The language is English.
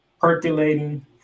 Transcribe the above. percolating